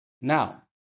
Now